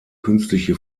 künstliche